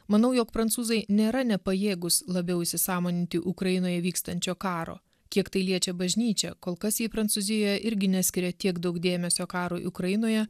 manau jog prancūzai nėra nepajėgūs labiau įsisąmoninti ukrainoje vykstančio karo kiek tai liečia bažnyčią kol kas ji prancūzijoje irgi neskiria tiek daug dėmesio karui ukrainoje